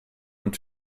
und